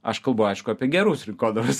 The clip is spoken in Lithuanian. aš kalbu aišku apie gerus rinkodaros